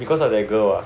because of that girl ah